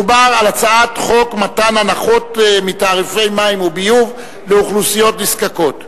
מדובר על הצעת חוק מתן הנחות בתעריפי מים וביוב לאוכלוסיות נזקקות.